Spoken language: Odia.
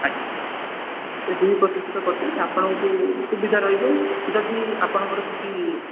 ଆଜ୍ଞା ସେଥିରେ ଦୁଇ ପ୍ରତିଶତ କଟି ଆପଣଙ୍କୁ ସୁବିଧା ରହିବ ଯଦି ଆପଣଙ୍କର କିଛି